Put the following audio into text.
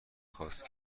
خواست